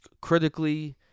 critically